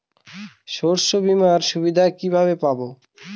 শস্যবিমার সুবিধা কিভাবে পাবো?